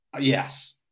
Yes